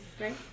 right